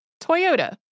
Toyota